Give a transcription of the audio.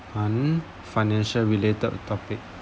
one financial related topic